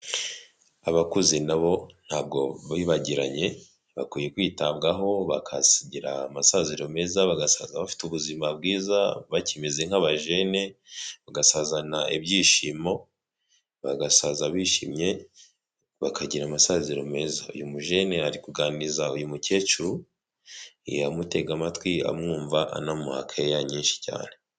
Abakuze na bo ntabwo bibagiranye, bakwiye kwitabwaho bakagira amasaziro meza bagasaza bafite ubuzima bwiza bakimeze nk'abajene, bagasazana ibyishimo, bagasaza bishimye, bakagira amasaziro meza. Uyu mujene ari kuganiriza uyu mukecuru, amutega amatwi amwumva anamuha keya nyinshi cyane.